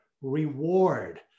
reward